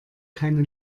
keine